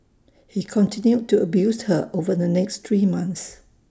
he continued to abused her over the next three months